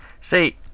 See